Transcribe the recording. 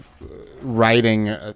writing